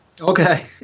Okay